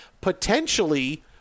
potentially –